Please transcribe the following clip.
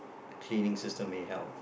cleaning system may help